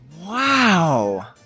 Wow